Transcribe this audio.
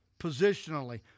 positionally